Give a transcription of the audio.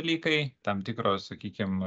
dalykai tam tikros sakykim